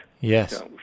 Yes